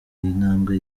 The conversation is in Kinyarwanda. intambwe